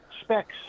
Specs